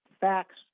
facts